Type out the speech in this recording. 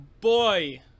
boy